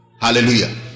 Hallelujah